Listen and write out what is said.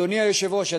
אדוני היושב-ראש,